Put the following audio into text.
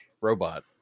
robot